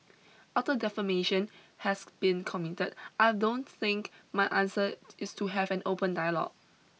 after defamation has been committed I don't think my answer is to have an open dialogue